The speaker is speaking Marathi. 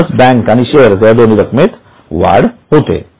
म्हणून बँक आणि शेअर्स या दोन्ही रक्कमेत वाढ होईल